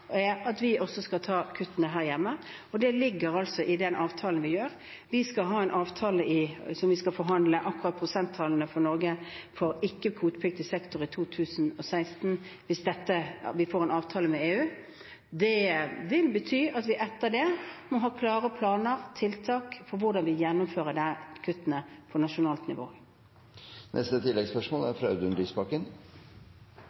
er at vi også skal ta kuttene her hjemme, og det ligger i den avtalen vi inngår. Vi skal forhandle om prosenttallene for ikke-kvotepliktig sektor i Norge i 2016, hvis vi får en avtale med EU. Det vil bety at vi etter det må ha klare planer og tiltak for hvordan vi gjennomfører kuttene på nasjonalt nivå. Audun Lysbakken – til oppfølgingsspørsmål. Replikkvekslingen mellom representanten Elvestuen og statsministeren viste svakheten ved den avtalen som er